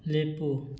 ꯂꯦꯞꯄꯨ